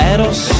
Eros